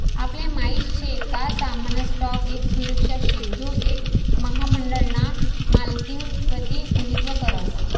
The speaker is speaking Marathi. आपले माहित शे का सामान्य स्टॉक एक सुरक्षा शे जो एक महामंडळ ना मालकिनं प्रतिनिधित्व करस